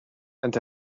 and